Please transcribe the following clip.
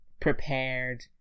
prepared